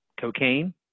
cocaine